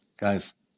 guys